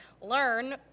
learn